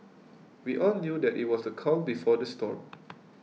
we all knew that it was the calm before the storm